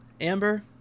Amber